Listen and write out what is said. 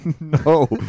No